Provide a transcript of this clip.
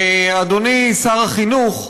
אדוני שר החינוך,